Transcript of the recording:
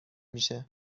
میشه